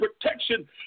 protection